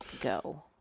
go